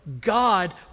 God